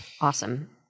Awesome